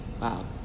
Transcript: Wow